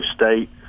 State